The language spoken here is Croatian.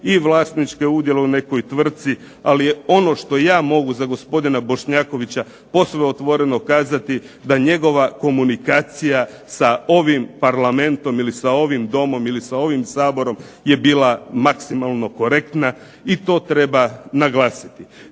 i vlasničke udjele u nekoj tvrtci. Ali je ono što ja mogu za gospodina Bošnjakovića posve otvoreno kazati da njegova komunikacija sa ovim Parlamentom i li sa ovim Domom ili sa ovim Saborom je bila maksimalno korektna i to treba naglasiti,